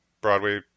Broadway